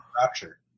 rapture